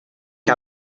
que